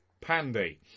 Pandy